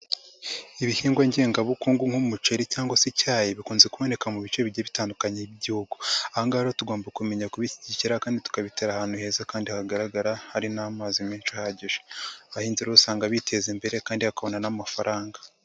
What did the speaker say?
Ibihingwa ngengabukungu nk'umuceri cyangwa se icyayi bikunze kuboneka mu bice bigiye bitandukanye by'Igihugu, aha ngaha rero tugomba kumenya kubishyigikira kandi tukabitera ahantu heza kandi hagaragara hari n'amazi menshi ahagije, abahinzi rero usanga biteza imbere kandi bakabona n'amafaranga.